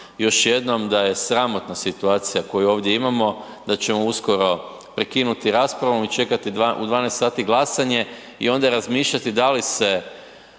još jednom da je sramotna situacija koju ovdje imamo, da ćemo uskoro prekinuti raspravu i čekati u 12 sati glasanje i onda razmišljati da li se